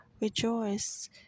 Rejoice